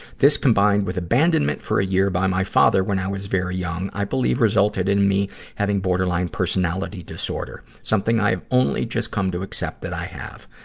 this, combined with abandonment for a year by my father when i was very young, i believe resulted in me having borderline personality disorder, something i've only just come to accept that i have.